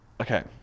Okay